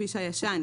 הכביש הישן,